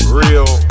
real